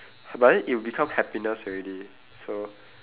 but then it'll become happiness already so